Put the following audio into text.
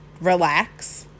relax